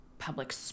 Public